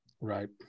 right